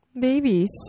babies